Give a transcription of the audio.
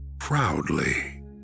proudly